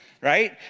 right